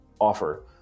offer